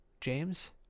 James